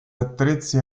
attrezzi